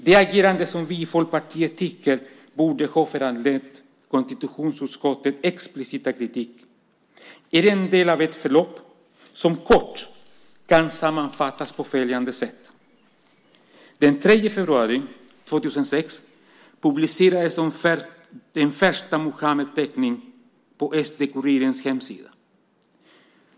Det agerande som vi i Folkpartiet tycker borde ha föranlett konstitutionsutskottets explicita kritik är en del av ett förlopp som kort kan sammanfattas på följande sätt: Den 3 februari 2006 publicerades en första Muhammedteckning på SD-Kurirens hemsida.